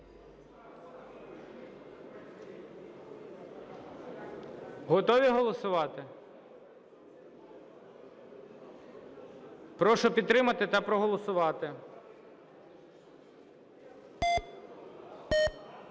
Готові голосувати? Прошу підтримати та проголосувати.